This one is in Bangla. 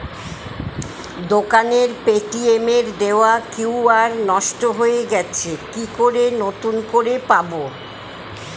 দোকানের পেটিএম এর দেওয়া কিউ.আর নষ্ট হয়ে গেছে কি করে নতুন করে পাবো?